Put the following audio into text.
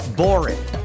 boring